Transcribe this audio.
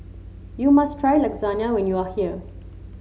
you must try Lasagna when you are here